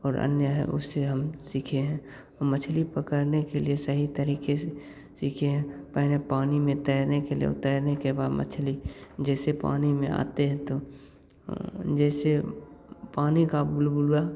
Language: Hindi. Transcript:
और अन्य हैं उनसे हम सीखे हैं मछली पकड़ने के लिए सही तरीके से सीखे हैं पहले पानी में तैरने के लिए तैरने के बाद मछली जैसे पानी में आते हैं तो जैसे पानी का बुलबुला